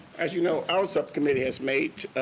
as you know, our subcommittee has made,